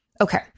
Okay